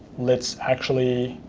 let's actually,